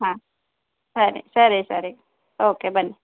ಹಾಂ ಸರಿ ಸರಿ ಸರಿ ಓಕೆ ಬನ್ನಿ